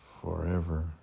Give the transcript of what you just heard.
Forever